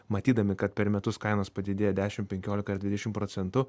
matydami kad per metus kainos padidėja dešim penkiolika ar dvidešim procentų